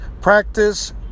practice